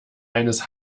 eines